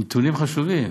הנתונים חשובים.